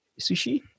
sushi